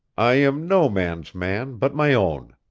i am no man's man but my own,